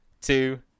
two